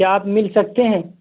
کیا آپ مل سکتے ہیں